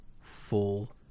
full